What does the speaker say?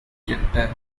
கெட்ட